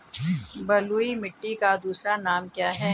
बलुई मिट्टी का दूसरा नाम क्या है?